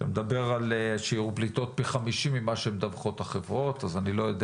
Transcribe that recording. שמדבר על שיעור פליטות פחם 50 ממה שמדווחות החברות אז איני יודע